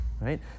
Right